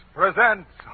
presents